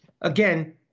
again